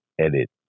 edit